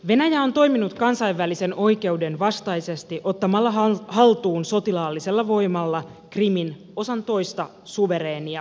venäjä on toiminut kansainvälisen oikeuden vastaisesti ottamalla haltuun sotilaallisella voimalla krimin osan toista suvereenia valtiota